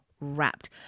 wrapped